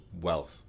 wealth